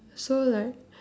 so like